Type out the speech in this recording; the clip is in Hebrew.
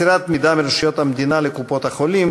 (מסירת מידע מרשויות המדינה לקופות-החולים),